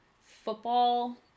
football